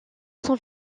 son